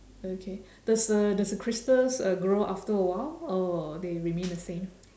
okay does the does the crystals uh grow after a while or they remain the same